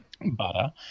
butter